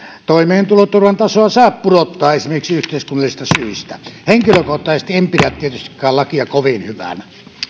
toimeentuloturvan tasoa saa pudottaa esimerkiksi yhteiskunnallisista syistä henkilökohtaisesti en pidä tietystikään lakia kovin hyvänä